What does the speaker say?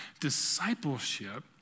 Discipleship